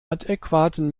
adäquaten